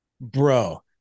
bro